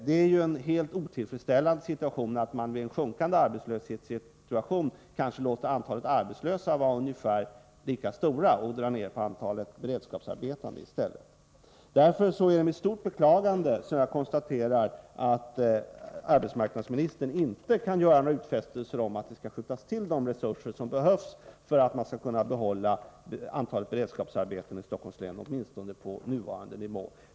Det är helt otillfredsställande att man i en situation av sjunkande arbetslöshet låter antalet arbetslösa vara ungefär lika stort och drar ner på antalet beredskapsarbetande i stället. Därför är det med stort beklagande som jag konstaterar att arbetsmarknadsministern inte kan göra några utfästelser om att de resurser som behövs skall skjutas till för att man skall kunna behålla antalet beredskapsarbeten i Stockholms län på åtminstone nuvarande nivå.